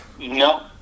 No